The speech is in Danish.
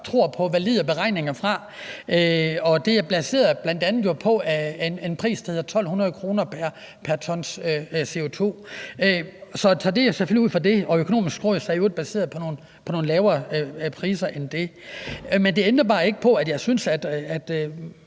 der kommer valide beregninger fra. Det er jo bl.a. baseret på en pris, der ligger på 1.200 kr. pr. ton CO2. Så det er selvfølgelig på baggrund af det. De Økonomiske Råds tal er i øvrigt baseret på nogle lavere priser end det. Men det ændrer bare ikke på, at jeg synes,